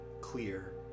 clear